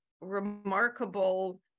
remarkable